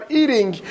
eating